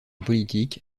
politique